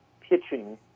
pitching